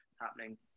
happening